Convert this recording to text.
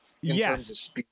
Yes